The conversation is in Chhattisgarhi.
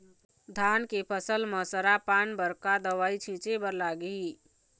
धान के फसल म सरा पान बर का दवई छीचे बर लागिही?